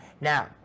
Now